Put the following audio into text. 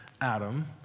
Adam